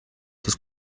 das